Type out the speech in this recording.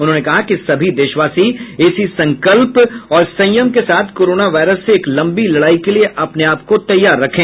उन्होंने कहा कि सभी देशवासी इसी संकल्प और संयम के साथ कोरोना वायरस से एक लम्बी लड़ाई के लिए अपने आप को तैयार रखें